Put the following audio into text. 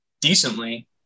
decently